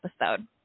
episode